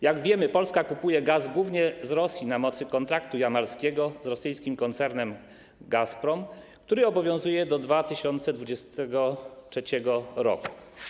Jak wiemy, Polska kupuje gaz głównie z Rosji na mocy kontraktu jamalskiego z rosyjskim koncernem Gazprom, który obowiązuje do 2023 r.